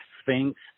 Sphinx